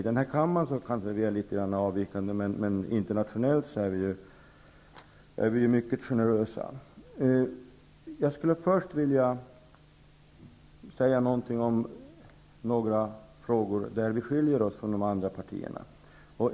I denna kammare kanske vi är litet avvikande, men internationellt är vi mycket generösa. Jag skulle först vilja säga någonting om några frågor där vi skiljer oss från de andra partierna.